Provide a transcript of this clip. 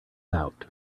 out